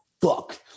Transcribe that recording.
fuck